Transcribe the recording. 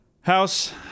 house